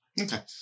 Okay